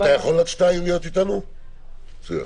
(ב)עתודת נאמנים תהיה